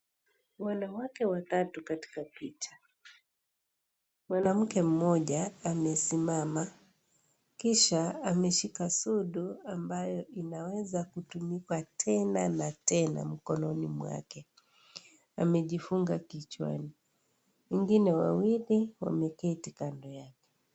Wanawake watatu katika kiti, mwanamke Mmoja amesimama, kisha ameshika sudu ambayo inaweza kutumika tena na tena mikononi mwake. Amejifunga kichwani. Wengine wawili wameketi kando yake